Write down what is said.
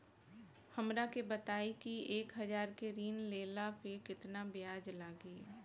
हमरा के बताई कि एक हज़ार के ऋण ले ला पे केतना ब्याज लागी?